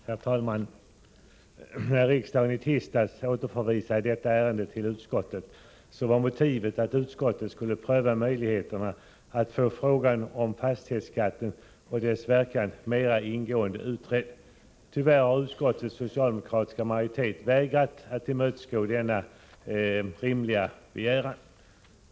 Herr talman! När riksdagen i tisdags återförvisade detta ärende till skatteutskottet var motivet att utskottet skulle pröva möjligheterna att få frågan om fastighetsskatten och dess verkan mera ingående utredd. Tyvärr har utskottets socialdemokratiska majoritet vägrat att tillmötesgå denna rimliga begäran.